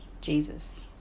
Jesus